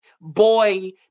boy